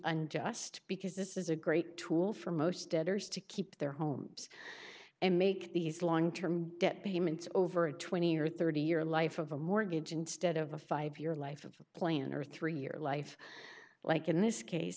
unjust because this is a great tool for most debtors to keep their homes and make these long term debt payments over a twenty or thirty year life of a mortgage instead of a five year life of plan or three year life like in this case